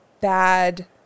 bad